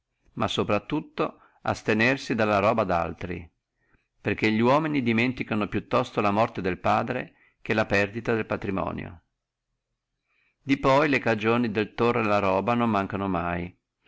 ma sopra tutto astenersi dalla roba daltri perché li uomini sdimenticano più presto la morte del padre che la perdita del patrimonio di poi le cagioni del tòrre la roba non mancono mai